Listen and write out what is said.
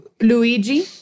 Luigi